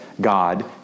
God